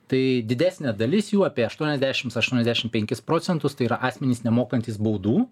tai didesnė dalis jų apie aštuoniasdešimts aštuoniasdešimt penkis procentus tai yra asmenys nemokantys baudų